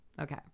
Okay